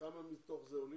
כמה מתוך זה עולים,